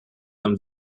einem